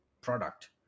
product